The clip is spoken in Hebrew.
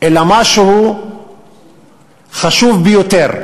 אלא משהו חשוב ביותר,